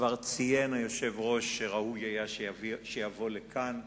וכבר ציין היושב-ראש שראוי היה שיבוא לכאן.